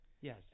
Yes